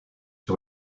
sur